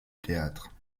théâtre